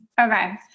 Okay